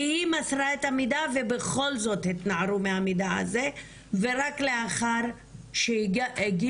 היא מסרה את המידע ובכל זאת התנערו מהמידע הזה ורק לאחר שהגיעו